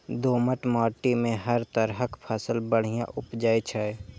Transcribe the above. दोमट माटि मे हर तरहक फसल बढ़िया उपजै छै